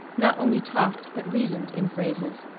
not only talked but reasoned in phrases.